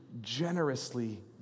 generously